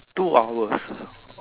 two hours